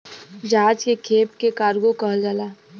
जहाज के खेप के कार्गो कहल जाला